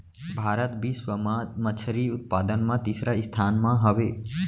भारत बिश्व मा मच्छरी उत्पादन मा तीसरा स्थान मा हवे